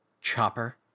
Chopper